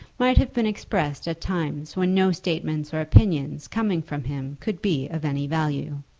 might have been expressed at times when no statements or opinions coming from him could be of any value.